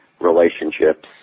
relationships